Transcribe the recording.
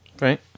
Right